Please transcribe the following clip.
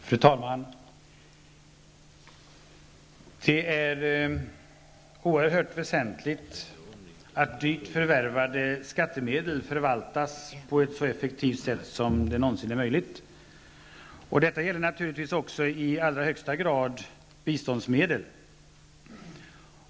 Fru talman! Det är oerhört väsentligt att dyrt förvärvade skattemedel förvaltas på ett så effektivt sätt som någonsin är möjligt. Detta gäller naturligtvis i allra högsta grad biståndsmedel.